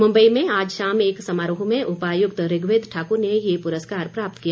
मुम्बई में आज शाम एक समारोह में उपायुक्त ऋग्वेद ठाकुर ने ये पुरस्कार प्राप्त किया